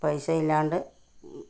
പൈസയില്ലാണ്ട്